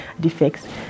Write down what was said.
defects